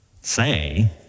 say